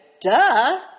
duh